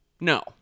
No